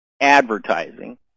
advertising